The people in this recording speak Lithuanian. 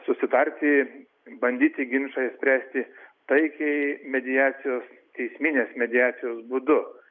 susitarti bandyti ginčą išspręsti taikiai mediacijos teisminės mediacijos būdu